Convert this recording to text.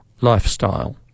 lifestyle